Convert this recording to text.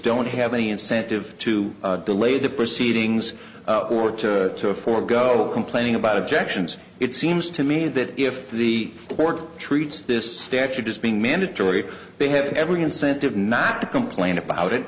don't have any incentive to delay the proceedings or to forego complaining about objections it seems to me that if the court treats this statute as being mandatory they have every incentive not to complain about it